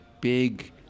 big